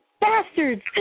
bastards